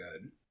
good